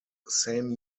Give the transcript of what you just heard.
same